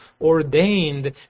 ordained